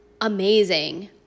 amazing